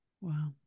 Wow